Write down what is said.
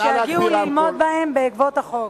שיגיעו ללמוד בהם בעקבות החוק.